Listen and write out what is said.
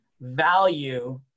value